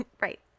Right